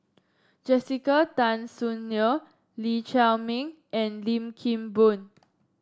Jessica Tan Soon Neo Lee Chiaw Meng and Lim Kim Boon